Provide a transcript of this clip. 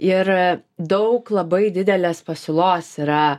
ir daug labai didelės pasiūlos yra